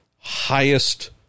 highest